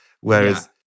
Whereas